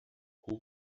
who